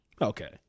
Okay